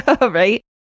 Right